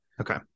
Okay